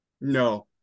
No